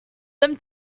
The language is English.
them